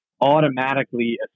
automatically